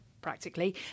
practically